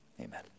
amen